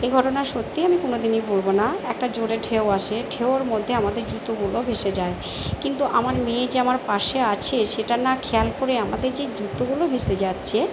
এ ঘটনা সত্যিই আমি কোনো দিনই ভুলব না একটা জোরে ঢেউ আসে ঢেউয়ের মধ্যে আমাদের জুতোগুলো ভেসে যায় কিন্তু আমার মেয়ে যে আমার পাশে আছে সেটা না খেয়াল করে আমাদের যে জুতোগুলো ভেসে যাচ্ছে